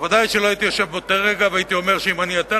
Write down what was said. ודאי שלא הייתי יושב באותו רגע ואומר שאם אני אתן